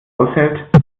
aushält